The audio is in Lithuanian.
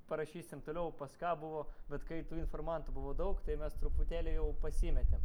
parašysim toliau pas ką buvo bet kai tų informantų buvo daug tai mes truputėlį jau pasimetėm